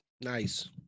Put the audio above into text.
Nice